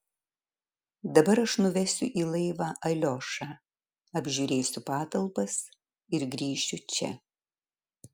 dabar aš nuvesiu į laivą aliošą apžiūrėsiu patalpas ir grįšiu čia